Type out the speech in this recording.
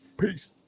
peace